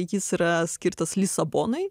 jis yra skirtas lisabonai